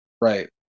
Right